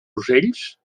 ocells